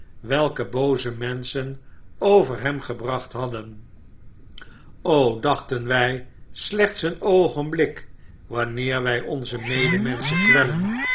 welke booze menschen over hem gebracht hadden o dachten wij slechts een oogenblik wanneer wij onze medemenschen kwellen